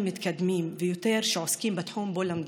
מתקדמים ויותר שעוסקים בתחום שבו למדו,